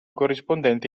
corrispondente